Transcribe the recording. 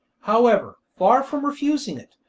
however, far from refusing it,